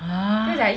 !huh!